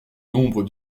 nombre